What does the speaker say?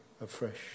afresh